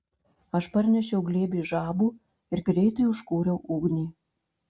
aš parnešiau glėbį žabų ir greitai užkūriau ugnį